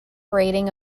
rating